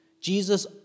Jesus